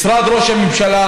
משרד ראש הממשלה,